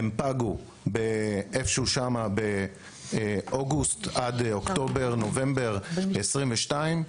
הן פגו בין אוגוסט לאוקטובר-נובמבר 2022,